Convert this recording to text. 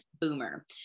boomer